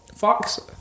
Fox